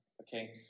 Okay